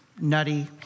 nutty